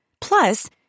Plus